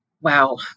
wow